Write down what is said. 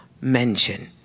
mention